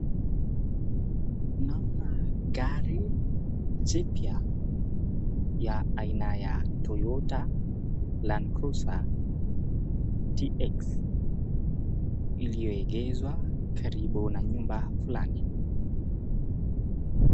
Naona gari jipya ya aina ya Toyota Land cruiser TX iliyoegezwa karibu na nyumba fulani